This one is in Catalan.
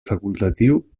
facultatiu